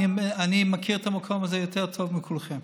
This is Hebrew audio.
אני מכיר את המקום הזה יותר טוב מכולכם.